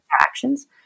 actions